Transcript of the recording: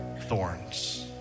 thorns